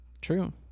True